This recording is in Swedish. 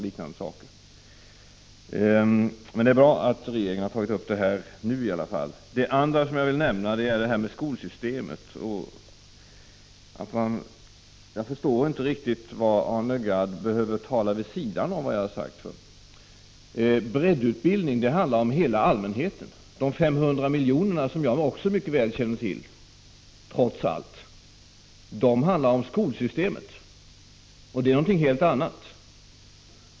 Men det är i alla fall bra att regeringen har tagit upp detta nu. När det gäller skolsystemet förstår jag inte riktigt varför Arne Gadd behöver tala vid sidan av vad jag har sagt. Breddutbildningen gäller hela allmänheten. De 500 miljonerna, som jag också mycket väl känner till, trots allt, gäller skolsystemet, och det är någonting helt annat.